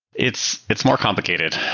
it's it's more complicated,